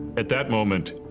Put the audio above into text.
at that moment,